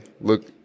Look